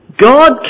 God